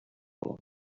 thought